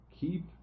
keep